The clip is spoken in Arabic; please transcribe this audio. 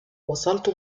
وصلت